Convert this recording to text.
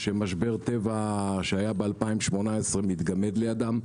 שמשבר טבע שהיה ב-2018 מתגמד לידם.